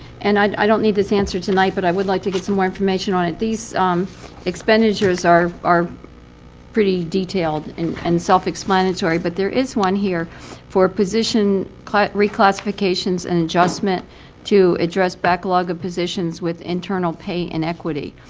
and i don't need this answer tonight. but i would like to get some more information on it. these expenditures are are pretty detailed and and self-explanatory. but there is one here for position reclassifications and adjustment to address backlog of positions with internal pay inequity.